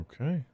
Okay